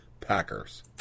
Packers